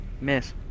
Miss